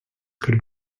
could